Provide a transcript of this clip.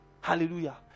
Hallelujah